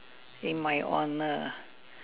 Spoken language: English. in my honour